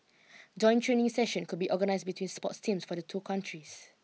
joint training sessions could be organised between sports teams from the two countries